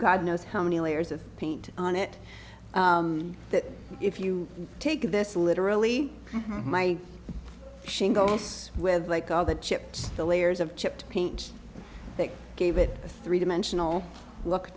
god knows how many layers of paint on it that if you take this literally my shingles with like all the chips the layers of chipped paint that gave it a three dimensional look